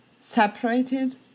separated